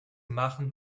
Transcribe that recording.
machen